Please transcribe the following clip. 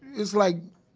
it's like,